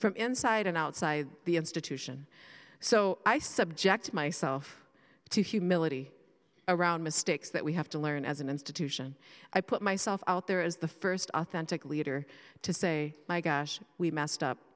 from inside and outside the institution so i subject myself to humility around mistakes that we have to learn as an institution i put myself out there as the first authentic leader to say my gosh we massed up